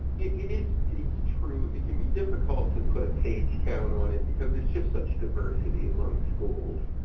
it is it is true, it can be difficult to put a page count on it, because there's just such diversity among schools.